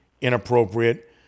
inappropriate